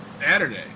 Saturday